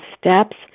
steps